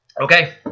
Okay